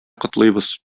котлыйбыз